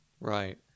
Right